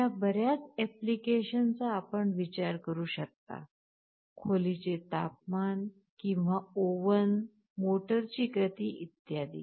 अश्या बऱ्याच ऍप्लिकेशन्स चा आपण विचार करू शकता खोलीचे तापमान किंवा ओव्हन मोटरची गती इत्यादी